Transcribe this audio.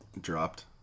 dropped